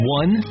one